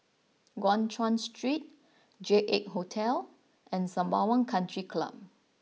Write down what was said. Guan Chuan Street J Eight Hotel and Sembawang Country Club